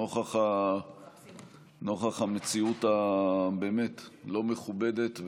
נוכח המציאות הבאמת-לא-מכובדת,